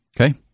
Okay